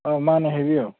ꯑꯥ ꯃꯥꯅꯦ ꯍꯥꯏꯕꯤꯌꯨ